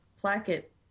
placket